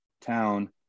town